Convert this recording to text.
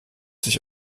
sich